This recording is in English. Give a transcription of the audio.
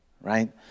right